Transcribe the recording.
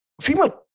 Female